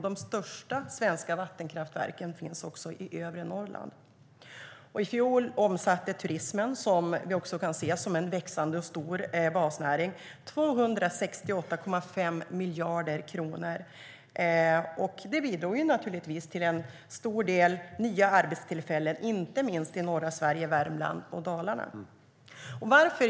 De största svenska vattenkraftverken finns i övre Norrland. I fjol omsatte turismen, som vi också kan se som en växande och stor basnäring, 268,5 miljarder kronor. Det bidrog naturligtvis till en stor del nya arbetstillfällen inte minst i norra Sverige, Värmland och Dalarna.